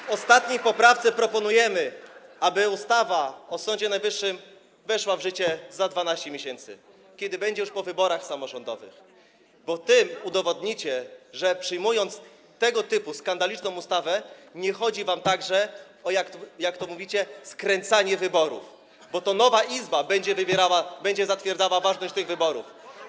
W ostatniej poprawce proponujemy, aby ustawa o Sądzie Najwyższym weszła w życie za 12 miesięcy, kiedy będzie już po wyborach samorządowych, bo tym udowodnicie, że przyjmując tego typu skandaliczną ustawę, nie chodzi wam także, jak to mówicie, o skręcanie wyborów, bo to nowa izba będzie wybierała, będzie zatwierdzała ważność tych wyborów.